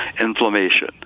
inflammation